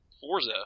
Forza